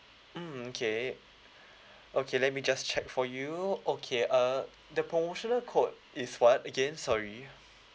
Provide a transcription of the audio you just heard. mm okay okay let me just check for you okay err the promotional code is what again sorry